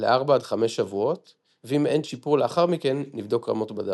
ל4-5 שבועות ואם אין שיפור לאחר מכן נבדוק רמות בדם.